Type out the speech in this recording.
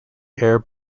air